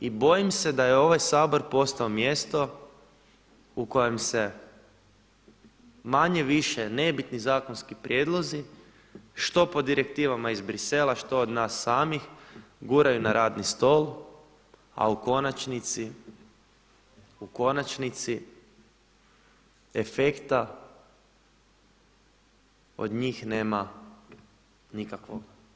I bojim se da je ovaj Sabor postao mjesto u kojem se manje-više nebitni zakonski prijedlozi što po direktivama iz Bruxellesa, što od nas samih guraju na radni stol a u konačnici, u konačnici efekta od njih nema nikakvoga.